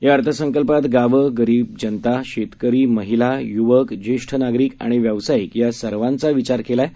या अर्थसंकल्पात गावं गरीब जनता शेतकरी महिला युवक जेष्ठ नागरिक आणि व्यावसायिक या सर्वांचा विचार केला आहे